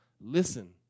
Listen